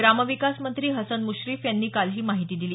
ग्रामविकास मंत्री हसन मुश्रीफ यांनी काल ही माहिती दिली